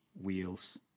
wheels